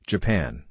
Japan